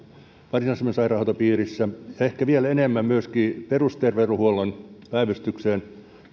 varsinais suomen sairaanhoitopiirissä ehkä vielä enemmän myöskin perusterveydenhuollon